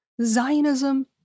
zionism